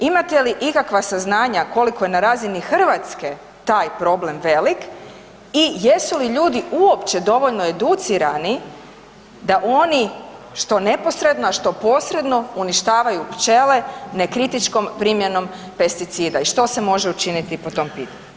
Imate li ikakva saznanja koliko je na razini Hrvatske taj problem velik i jesu li ljudi uopće dovoljno educirani da oni što neposredno a što posredno uništavaju pčele nekritičkom primjenom pesticida i što se može učiniti po tom pitanju?